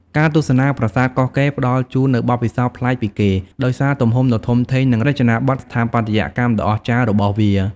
ការទស្សនាប្រាសាទកោះកេរផ្តល់ជូននូវបទពិសោធន៍ប្លែកពីគេ ដោយសារទំហំដ៏ធំធេង និងរចនាបថស្ថាបត្យកម្មដ៏អស្ចារ្យរបស់វា។